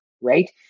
right